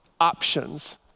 options